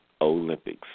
Olympics